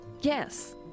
Yes